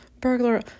burglar